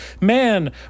man